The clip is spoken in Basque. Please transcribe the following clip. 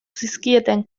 zizkieten